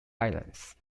islands